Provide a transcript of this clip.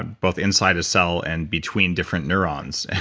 both inside a cell and between different neurons.